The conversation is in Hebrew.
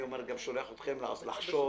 אני גם שולח אתכם לחשוב.